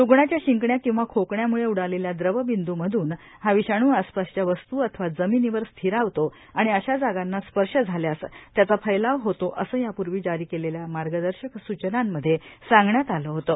रुग्णाच्या शिंकण्या किंवा खोकण्यामुळे उडालेल्या द्रवबिंदूंमधून हा विषाणू आसपासच्या वस्तू अथवा जमिनीवर स्थिरावतो आणि अशा जागांना स्पर्श झाल्यास त्याचा फैलाव होतो असं याप्र्वी जारी केलेल्या मार्गदर्शक सूचनांमध्ये सांगण्यात आलं होतं